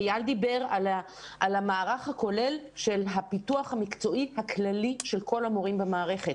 איל דיבר על המערך הכולל של הפיתוח המקצועי הכללי של כל המורים במערכת,